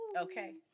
Okay